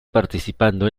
participando